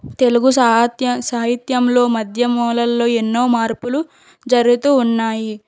తెలుగు సాహిత్య సాహిత్యంలో మాధ్యమాలల్లో ఎన్నో మార్పులు జరుగుతూ ఉన్నాయి